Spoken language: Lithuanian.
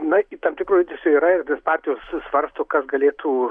na į tam tikro judesio yra ir tos partijos svarsto kas galėtų